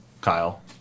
Kyle